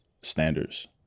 standards